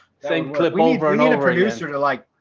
thing over and over here, sort of like,